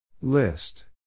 List